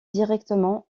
directement